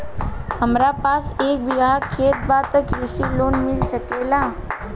हमरा पास एक बिगहा खेत बा त कृषि लोन मिल सकेला?